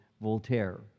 Voltaire